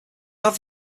have